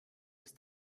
ist